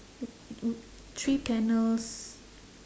w~ w~ three panels